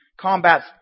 combats